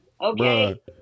okay